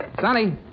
Sonny